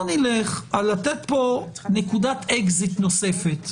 בוא ניתן פה נקודת אקזיט נוספת,